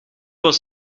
was